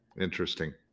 interesting